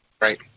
Right